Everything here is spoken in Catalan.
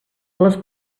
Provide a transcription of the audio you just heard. les